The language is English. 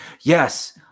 yes